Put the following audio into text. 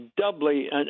doubly